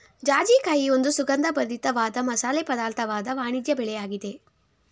ಜಾಜಿಕಾಯಿ ಒಂದು ಸುಗಂಧಭರಿತ ವಾದ ಮಸಾಲೆ ಪದಾರ್ಥವಾದ ವಾಣಿಜ್ಯ ಬೆಳೆಯಾಗಿದೆ